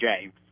James